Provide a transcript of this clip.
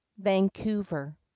vancouver